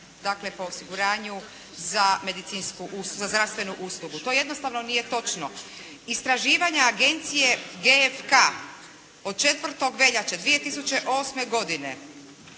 dakle po osiguranju za zdravstvenu uslugu.“ To jednostavno nije točno. Istraživanja Agencije GFK od 4. veljače 2008. godine